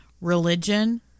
religion